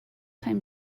time